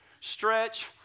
stretch